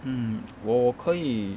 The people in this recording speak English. hmm 我我可以